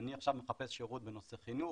אני עכשיו מחפש שירות בנושא חינוך,